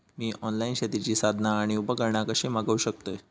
मी online शेतीची साधना आणि उपकरणा कशी मागव शकतय?